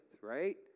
Right